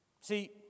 See